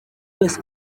wese